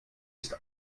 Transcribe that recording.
ist